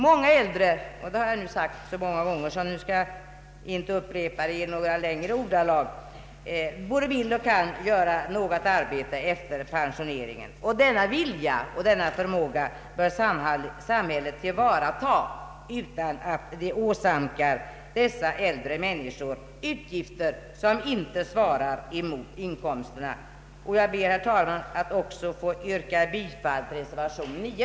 Många äldre — det har jag sagt så många gånger att jag inte skall upprepa det annat än kortfattat — både vill och kan utföra något arbete efter pensioneringen, och denna vilja och förmåga bör samhället tillvarata utan att det åsamkar dessa äldre människor utgifter som inte svarar mot inkomsterna. Jag ber, herr talman, att få yrka bifall också till reservationen 9.